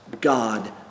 God